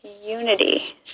unity